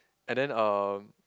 and then uh